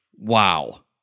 Wow